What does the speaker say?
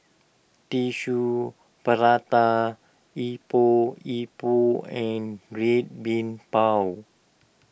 Tissue Prata Epok Epok and Red Bean Bao